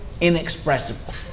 inexpressible